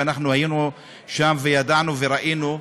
ואנחנו היינו שם וידענו וראינו,